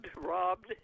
robbed